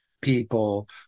people